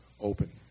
open